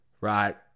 right